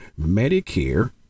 Medicare